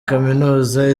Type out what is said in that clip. kaminuza